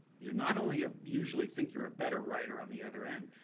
you not only ah usually think you're a better writer on the other end,